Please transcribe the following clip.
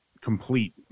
complete